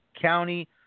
County